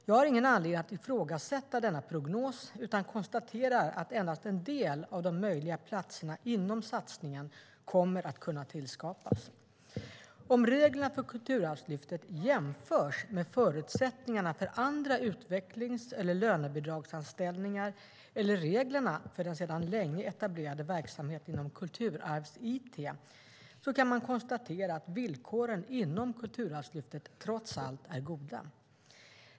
Jag har ingen anledning att ifrågasätta denna prognos utan konstaterar att endast en del av de möjliga platserna inom satsningen kommer att kunna tillskapas. Om reglerna för Kulturarvslyftet jämförs med förutsättningarna för andra utvecklings eller lönebidragsanställningar eller reglerna för den sedan länge etablerade verksamheten inom Kulturarvs-IT, kan man konstatera att villkoren inom Kulturarvslyftet trots allt är goda.